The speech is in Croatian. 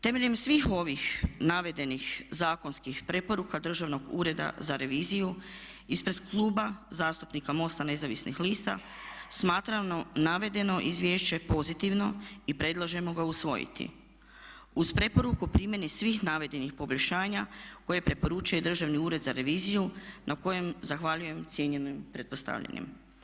Temeljem svih ovih navedenih zakonskih preporuka Državnog ureda za reviziju ispred Kluba zastupnika MOST-a nezavisnih lista smatram navedeno izvješće pozitivno i predlažemo ga usvojiti uz preporuku o primjeni svih navedenih poboljšanja koje preporuča i Državni ured za reviziju na kojem zahvaljujem cijenjenim pretpostavljenim.